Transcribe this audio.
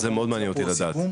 זה מאוד מעניין אותי לדעת.